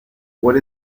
what